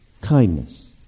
Kindness